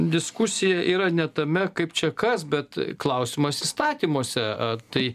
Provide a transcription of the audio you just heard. diskusija yra ne tame kaip čia kas bet klausimas įstatymuose tai